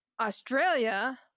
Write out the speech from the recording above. Australia